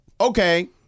okay